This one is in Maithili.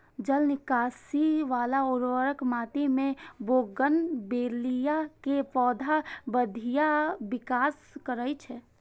जल निकासी बला उर्वर माटि मे बोगनवेलिया के पौधा बढ़िया विकास करै छै